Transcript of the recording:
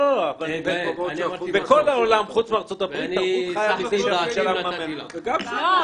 בכל העולם חוץ מארצות הברית התרבות חיה מזה שהממשלה מממנת אותה.